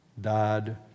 died